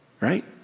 Right